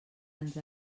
ens